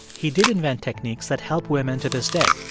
he did invent techniques that help women to this day.